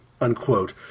unquote